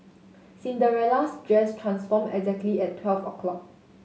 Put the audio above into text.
Cinderella's dress transformed exactly at twelve o'clock